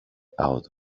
out